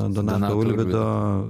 donato ulvydo